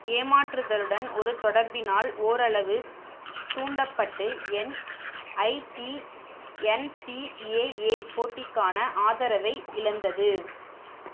ஏமாற்றுதலுடன் ஒரு தொடர்பினால் ஓரளவு தூண்டப்பட்டு என்ஐடி என்சிஏஏ போட்டிக்கான ஆதரவை இழந்தது